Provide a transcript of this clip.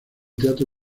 teatro